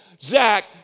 Zach